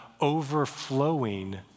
overflowing